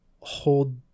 hold